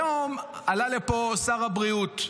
היום עלה לפה שר הבריאות.